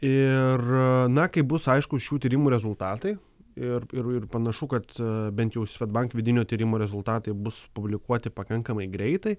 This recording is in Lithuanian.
ir na kaip bus aišku šių tyrimų rezultatai ir ir panašu kad bent jau svedbank vidinio tyrimo rezultatai bus publikuoti pakankamai greitai